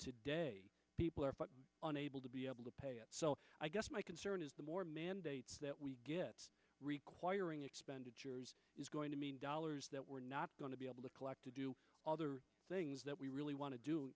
today people are unable to be able to pay so i guess my concern is the more mandates that we get requiring expenditures is going to mean dollars that we're not going to be able to collect to do other things that we really want to do